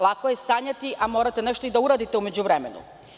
Lako je sanjati, ali morate nešto i da uradite u međuvremenu.